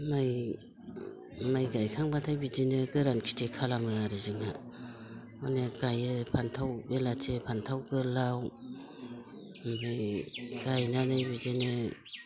माइ गायखांबाथाय बिदिनो गोरान खेथि खालामो आरो जोङो अनेग गायो फानथाव बेलाथि फानथाव गोलाउ गायनानै बिदिनो